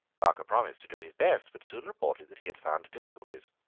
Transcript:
parker promised to do his best, but soon reported that he had found difficulties.